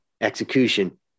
execution